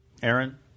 Aaron